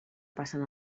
passen